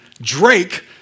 Drake